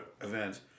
event